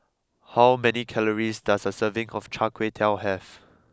how many calories does a serving of Chai Kway Tow have